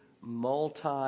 multi